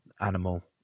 animal